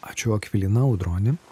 ačiū akvilina audroni